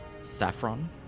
Saffron